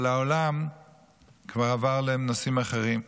אבל העולם כבר עבר לנושאים אחרים.